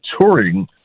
Touring